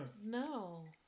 No